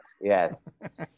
Yes